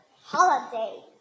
holiday